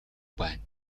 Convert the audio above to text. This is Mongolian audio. байна